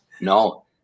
No